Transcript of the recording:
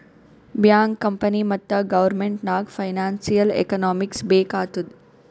bank, company ಮತ್ತ government ನಾಗ್ financial economics ಬೇಕ್ ಆತ್ತುದ್